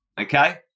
okay